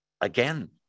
again